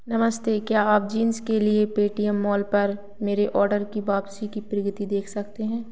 नमस्ते क्या आप जींस के लिए पेटीएम मॉल पर मेरे ऑर्डर की वापसी की प्रगति देख सकते हैं